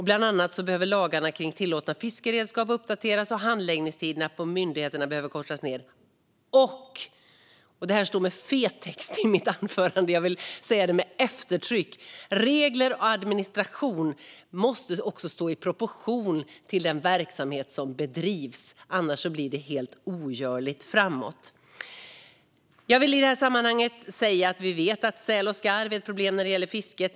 Bland annat behöver lagarna om tillåtna fiskeredskap uppdateras, och handläggningstiderna på myndigheterna behöver kortas ned. I mitt manus för anförandet står med fet text, och jag vill säga det med eftertryck: Regler och administration måste stå i proportion till den verksamhet som bedrivs, annars blir det helt ogörligt framåt. Jag vill i det här sammanhanget säga att vi vet att säl och skarv är ett problem för fisket.